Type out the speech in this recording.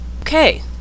Okay